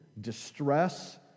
distress